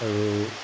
আৰু